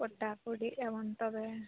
ᱯᱚᱴᱟ ᱯᱩᱴᱤᱜ ᱟᱵᱚᱱ ᱛᱚᱵᱮ